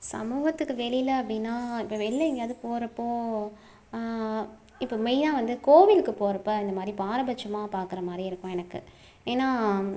சமூகத்துக்கு வெளியில் அப்படின்னா இப்போ வெளில எங்கேயாவது போகறப்போ இப்போ மெயினாக வந்து கோவிலுக்கு போறப்போ இந்தமாதிரி பாரபட்சமாக பார்க்குறமாரி இருக்கும் எனக்கு ஏன்னா